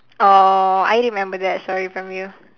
oh I remember that story from you